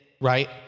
right